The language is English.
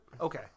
Okay